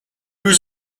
was